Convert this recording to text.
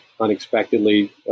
unexpectedly